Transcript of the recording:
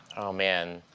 man.